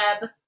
web